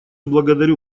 благодарю